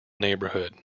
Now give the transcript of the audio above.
neighborhood